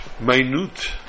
minute